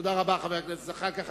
תודה רבה, חבר הכנסת זחאלקה.